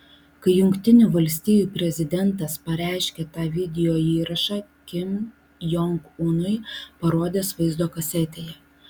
kai jungtinių valstijų prezidentas pareiškė tą videoįrašą kim jong unui parodęs vaizdo kasetėje